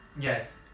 Yes